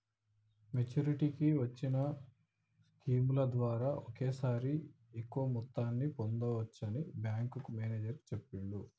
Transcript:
మెచ్చురిటీకి వచ్చిన స్కీముల ద్వారా ఒకేసారి ఎక్కువ మొత్తాన్ని పొందచ్చని బ్యేంకు మేనేజరు చెప్పిండు